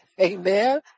Amen